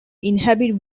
inhabit